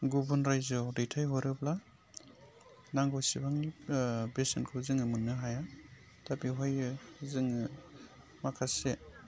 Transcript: गुबुन रायजोआव दैथायहरोब्ला नांगौसेबां बेसेनखौ जोङो मोननो हाया दा बेवहायो जोङो माखासे